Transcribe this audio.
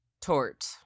Tort